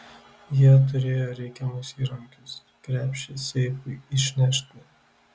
jie turėjo reikiamus įrankius krepšį seifui išnešti